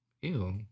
Ew